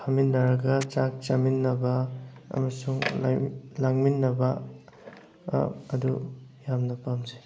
ꯐꯝꯃꯤꯟꯅꯔꯒ ꯆꯥꯛ ꯆꯥꯃꯤꯟꯅꯕ ꯑꯃꯁꯨꯡ ꯂꯥꯡꯃꯤꯟꯅꯕ ꯑꯗꯨ ꯌꯥꯝꯅ ꯄꯥꯝꯖꯩ